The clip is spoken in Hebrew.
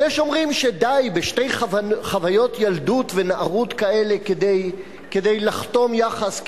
ויש אומרים שדי בשתי חוויות ילדות ונערות כאלה כדי לחתום יחס,